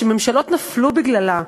שממשלות נפלו בגללה,